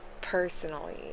personally